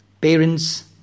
parents